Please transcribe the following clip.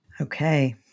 Okay